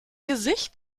gesicht